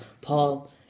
Paul